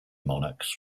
monarchs